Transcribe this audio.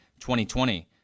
2020